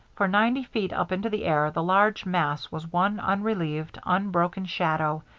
for ninety feet up into the air the large mass was one unrelieved, unbroken shadow,